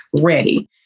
ready